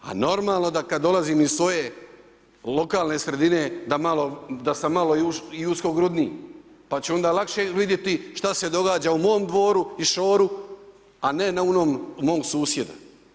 A normalno da kad dolazimo iz svoje lokalne sredine da sam malo i uskogrudniji pa ću onda lakše vidjeti šta se događa u mom dvoru i šoru a ne onom mom susjedu.